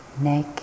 neck